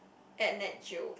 at nat-geo